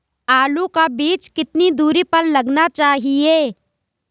आलू का बीज कितनी दूरी पर लगाना चाहिए?